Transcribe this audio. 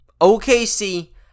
OKC